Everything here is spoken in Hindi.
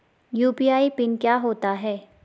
यु.पी.आई पिन क्या होता है?